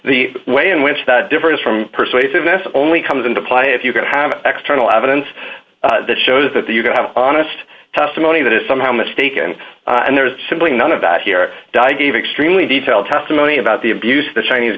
the way in which that difference from persuasiveness only comes into play if you can have extra nl evidence that shows that the you can have honest testimony that is somehow mistaken and there's simply none of that here di gave externally detailed testimony about the abuse the chinese